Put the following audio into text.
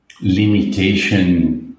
limitation